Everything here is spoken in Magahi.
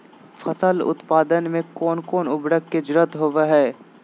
फसल उत्पादन में कोन कोन उर्वरक के जरुरत होवय हैय?